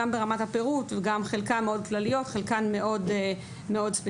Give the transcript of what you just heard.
גם ברמת הפירוט; חלקן מאוד כלליות וחלקן מאוד ספציפיות.